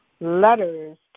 letters